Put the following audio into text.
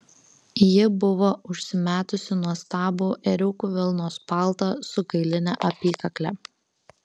ji buvo užsimetusi nuostabų ėriukų vilnos paltą su kailine apykakle